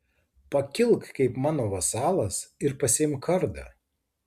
pakilk kaip mano vasalas ir pasiimk kardą